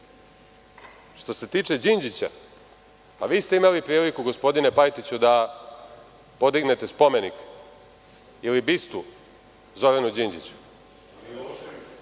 se tiče Đinđića, vi ste imali priliku, gospodine Pajtiću, da podignete spomenik ili bistu Zoranu Đinđiću.